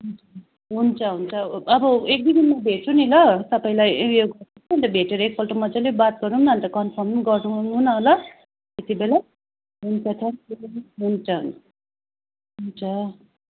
हुन्छ हुन्छ अब एक दुइदिनमा भेट्छु नि ल तपाईँलाई भेटेर एकपल्ट मज्जाले बात गरौँ न अन्त कम्फर्म गरौँ न ल त्यतिबेला हुन्छ थ्याङ्कयू हुन्छ हुन्छ